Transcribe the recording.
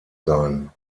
sein